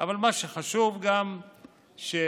אבל מה שחשוב גם שהרב